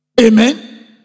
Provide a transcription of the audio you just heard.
Amen